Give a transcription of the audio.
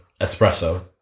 espresso